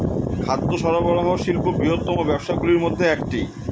খাদ্য সরবরাহ শিল্প বৃহত্তম ব্যবসাগুলির মধ্যে একটি